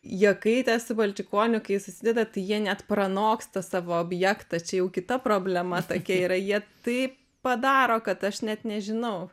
jakaitė su balčikoniu kai susideda tai jie net pranoksta savo objektą čia jau kita problema tokia yra jie taip padaro kad aš net nežinau